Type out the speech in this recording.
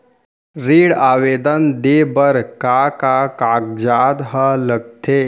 ऋण आवेदन दे बर का का कागजात ह लगथे?